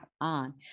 on